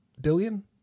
Billion